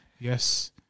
yes